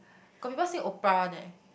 got people sing opera one eh